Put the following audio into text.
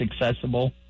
accessible